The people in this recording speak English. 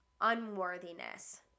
unworthiness